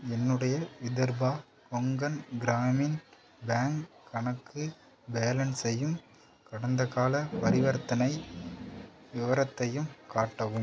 என்னுடைய விதர்பா கொங்கன் கிராமின் பேங்க் கணக்கு பேலன்ஸையும் கடந்த கால பரிவர்த்தனை விவரத்தையும் காட்டவும்